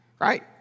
right